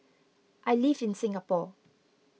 I live in Singapore